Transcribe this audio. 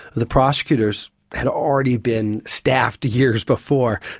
the prosecutors had already been staffed years before.